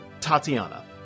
Tatiana